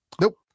nope